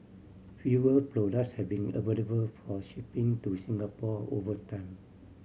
fewer products have been available for shipping to Singapore over time